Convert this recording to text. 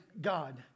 God